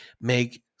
make